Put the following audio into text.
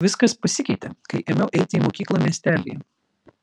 viskas pasikeitė kai ėmiau eiti į mokyklą miestelyje